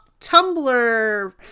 tumblr